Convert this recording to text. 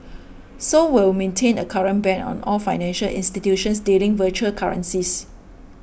Seoul will maintain a current ban on all financial institutions dealing virtual currencies